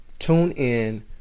TuneIn